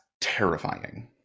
terrifying